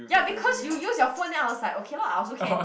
ya because you use your phone then I was like okay lor I also can